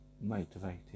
motivated